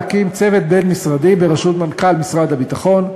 להקים צוות בין-משרדי בראשות מנכ"ל משרד הביטחון,